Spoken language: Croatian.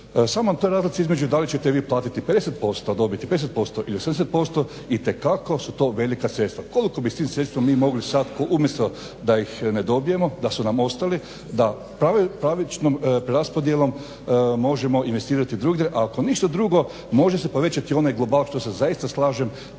samoj toj razlici između da li ćete vi platiti 50% dobiti, 50% ili 80% itekako su to velika sredstva. Koliko bi s tim sredstvima mogli mi sad umjesto da ih ne dobijemo, da su nam ostali, da pravičnom preraspodjelom možemo investirati drugdje, a ako ništa drugo može se povećati onaj global što se zaista slažem.